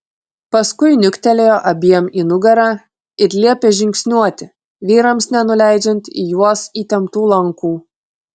paskui niuktelėjo abiem į nugarą ir liepė žingsniuoti vyrams nenuleidžiant į juos įtemptų lankų